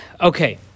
Okay